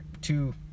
two